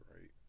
right